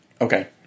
Okay